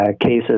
cases